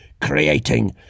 creating